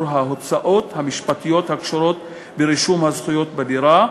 ההוצאות המשפטיות הקשורות ברישום הזכויות בדירה,